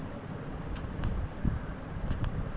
तरल खाद उर्वरक रो प्रयोग करला से खेत रो फसल के हानी नै पहुँचय छै